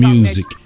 Music